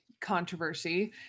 controversy